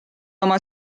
oma